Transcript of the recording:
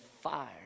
fire